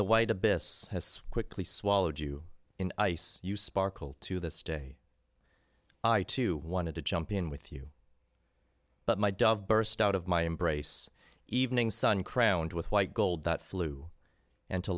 the white abyss has quickly swallowed you in ice you sparkle to this day i too wanted to jump in with you but my dove burst out of my embrace evening sun crowned with white gold that fl